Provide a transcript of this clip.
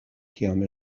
kiam